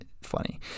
funny